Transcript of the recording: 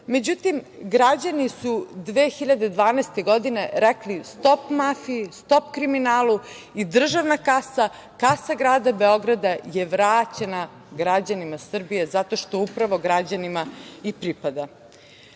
međutim, građani su 2012. godine rekli stop mafiji, stop kriminalu i državna kasa, kasa grada Beograda je vraćena građanima Srbije zato što upravo građanima i pripada. Razlika